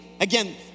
Again